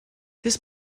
this